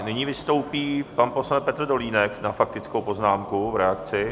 Nyní vystoupí pan poslanec Petr Dolínek na faktickou poznámku v reakci.